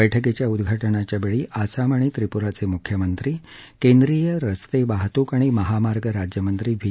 बैठकीच्या उद्घाटनाच्यावेळी आसाम आणि त्रिपुराचे मुख्यमंत्री केंद्रीय रस्ते वाहतूक आणि महामार्ग राज्यमंत्री व्ही